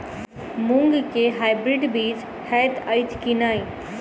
मूँग केँ हाइब्रिड बीज हएत अछि की नै?